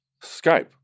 Skype